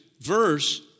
verse